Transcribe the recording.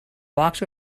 walked